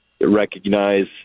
recognize